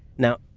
now,